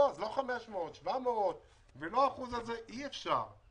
לא 500 אלא 700, ולא האחוז הזה אי אפשר.